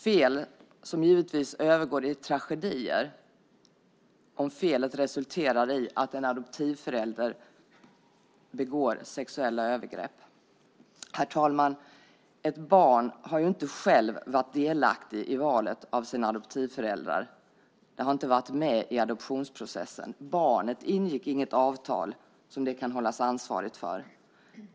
Det är fel som givetvis övergår i tragedier om felet resulterar i att en adoptivförälder begår sexuella övergrepp. Herr talman! Ett barn har inte självt varit delaktig i valet av sina adoptivföräldrar. Det har inte varit med i adoptionsprocessen. Barnet ingick inget avtal som det kan hållas ansvarigt för.